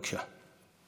בבקשה.